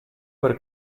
per